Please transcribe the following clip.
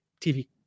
TV